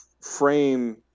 frame